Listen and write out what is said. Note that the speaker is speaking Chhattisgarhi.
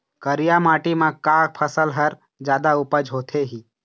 करिया माटी म का फसल हर जादा उपज होथे ही?